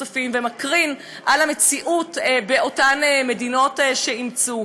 אמרתי, אתה זוכר,